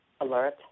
alert